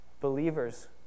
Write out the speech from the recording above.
Believers